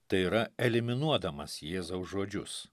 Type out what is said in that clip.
tai yra eliminuodamas jėzaus žodžius